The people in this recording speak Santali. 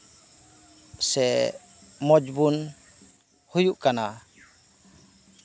ᱥᱮ ᱢᱚᱡᱽ ᱵᱚᱱ ᱦᱩᱭᱩᱜ ᱠᱟᱱᱟ